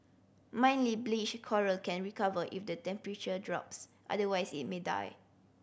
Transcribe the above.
mildly bleached coral can recover if the temperature drops otherwise it may die